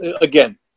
Again